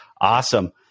Awesome